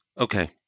Okay